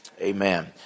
amen